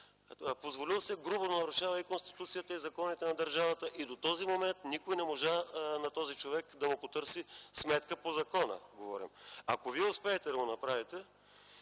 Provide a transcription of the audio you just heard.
Позволил си е грубо да нарушава Конституцията и законите на държавата. И до този момент никой не можа на този човек да му потърси сметка по закона. Ако вие успеете да го направите,